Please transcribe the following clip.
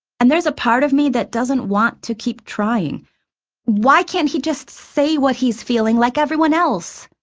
and there's a part of me that doesn't want to keep trying why can't he just say what he's feeling like everyone else?